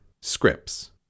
scripts